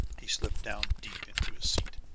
he slipped down deep into his seat.